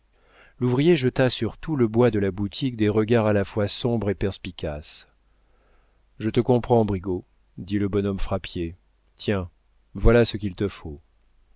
l'ouvrier jeta sur tout le bois de la boutique des regards à la fois sombres et perspicaces je te comprends brigaut dit le bonhomme frappier tiens voilà ce qu'il te faut